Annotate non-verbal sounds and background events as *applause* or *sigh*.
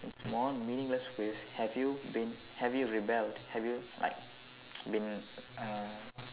small meaningless ways have you been have you rebelled have you like *noise* been uh